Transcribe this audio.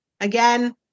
Again